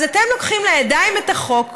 אז אתם לוקחים לידיים את החוק,